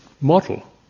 model